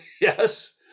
Yes